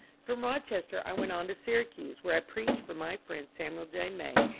from rochester i went on to syracuse, where i preached for my friend samuel j. may,